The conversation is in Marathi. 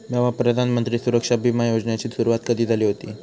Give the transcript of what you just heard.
भावा, प्रधानमंत्री सुरक्षा बिमा योजनेची सुरुवात कधी झाली हुती